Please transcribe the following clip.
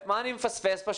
מה אני מפספס פה,